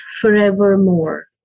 forevermore